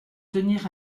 tenir